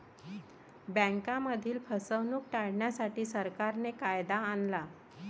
बँकांमधील फसवणूक टाळण्यासाठी, सरकारने कायदा आणला